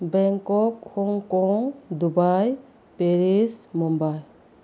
Bangkok Hong Kong Dubai Paris Mumbai